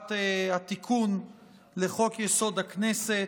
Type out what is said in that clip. הצעת התיקון לחוק-יסוד: הכנסת,